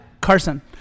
Carson